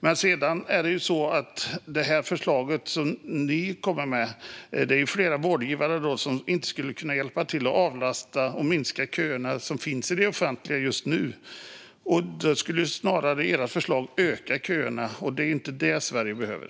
Men sedan är det ju så att förslaget som ni kommer med innebär att det är flera vårdgivare som inte skulle kunna hjälpa till och avlasta och minska köerna som finns i det offentliga just nu. Era förslag skulle snarare öka köerna, och det är inte det Sverige behöver.